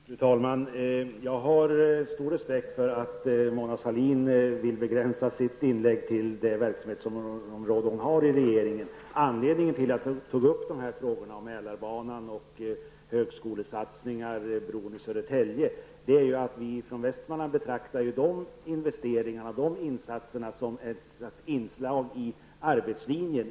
Fru talman! Jag har stor respekt för att Mona Sahlin vill begränsa sitt inlägg till det verksamhetsområde som hon har i regeringen. Anledningen till att jag tog upp frågorna om Södertäljebron är att vi från Västmanland betraktar de satsningarna som ett inslag i arbetslinjen.